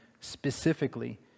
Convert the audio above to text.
specifically